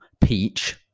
peach